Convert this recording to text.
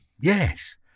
yes